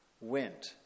went